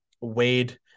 Wade